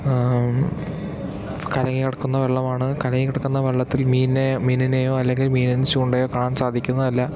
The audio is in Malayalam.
കലങ്ങികിടക്കുന്ന വെള്ളമാണ് കലങ്ങികിടക്കുന്ന വെള്ളത്തിൽ മീനിനെ മീനിനെയോ അല്ലെങ്കിൽ മീനിന് ചൂണ്ടയെയോ കാണാൻ സാധിക്കുന്നതല്ല